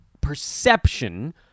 perception